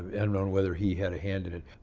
and unknown whether he had a hand in it,